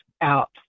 out